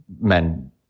men